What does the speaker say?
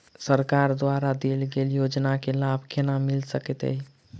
सरकार द्वारा देल गेल योजना केँ लाभ केना मिल सकेंत अई?